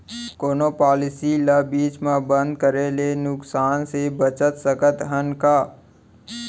कोनो पॉलिसी ला बीच मा बंद करे ले नुकसान से बचत सकत हन का?